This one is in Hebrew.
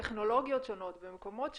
טכנולוגיות שונות במקומות שונים,